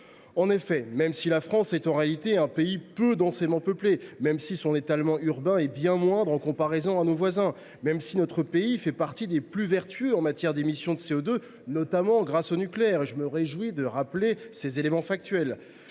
En effet, même si la France est en réalité un pays peu densément peuplé, même si son étalement urbain est bien moindre comparé à celui de nos voisins, même si notre pays fait partie des plus vertueux en matière d’émission de CO2, notamment grâce au nucléaire – je me réjouis de rappeler ces éléments factuels